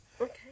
Okay